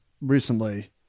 recently